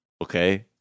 okay